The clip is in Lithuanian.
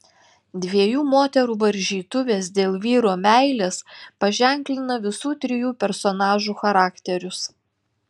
dviejų moterų varžytuvės dėl vyro meilės paženklina visų trijų personažų charakterius